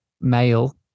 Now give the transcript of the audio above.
male